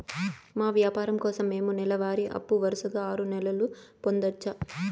మా వ్యాపారం కోసం మేము నెల వారి అప్పు వరుసగా ఆరు నెలలు పొందొచ్చా?